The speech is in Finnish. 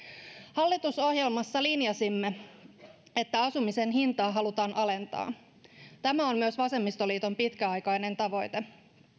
hallitusohjelmassa linjasimme että asumisen hintaa halutaan alentaa tämä on myös vasemmistoliiton pitkäaikainen tavoite